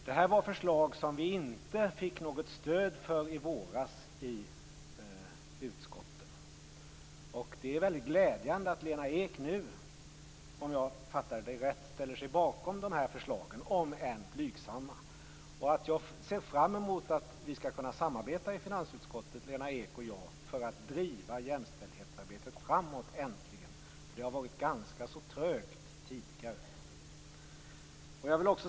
Det här var förslag som vi inte fick något stöd för i våras i utskotten. Det är mycket glädjande att Lena Ek nu, om jag förstår henne rätt, ställer sig bakom de här förslagen, om än blygsamma. Jag ser fram emot att Lena Ek och jag skall kunna samarbeta i finansutskottet för att äntligen driva jämställdhetsarbetet framåt. Det har varit ganska trögt tidigare.